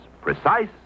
precise